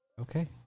Okay